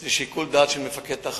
זה נתון לשיקול דעתו של מפקד התחנה.